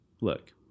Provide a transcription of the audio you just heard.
Look